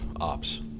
ops